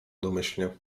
domyślnie